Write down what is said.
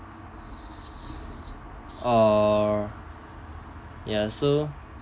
or ya so